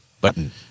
button